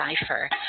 cipher